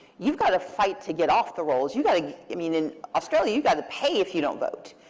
you've got to fight to get off the rolls. you've got to i mean, in australia, you've got to pay if you don't vote.